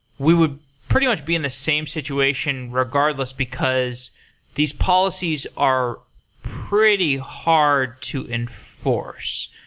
we would pretty much be in the same situation regardless, because these policies are pretty hard to enforce.